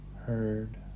heard